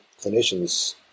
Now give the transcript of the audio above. clinicians